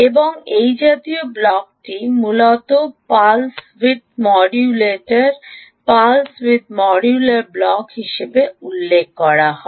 এবং এই জাতীয় ব্লকটি মূলত Pulse Width modulator Pulse Width র মডুলার ব্লক হিসাবে উল্লেখ করা হয়